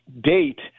date